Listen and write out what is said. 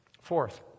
Fourth